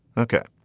okay.